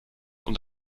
und